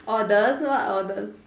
orders what orders